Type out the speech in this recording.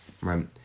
right